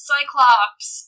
Cyclops